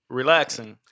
relaxing